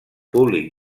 públic